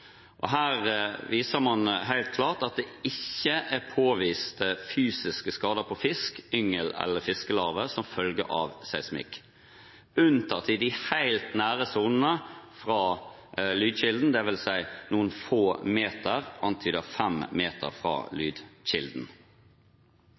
Her viste man helt klart at det ikke er påvist fysiske skader på fisk, yngel eller fiskelarver som følge av seismikk, unntatt i sonene helt nær lydkilden, dvs. noen få meter, antydet fem meter, fra